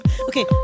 okay